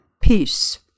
peace